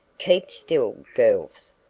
keep still, girls,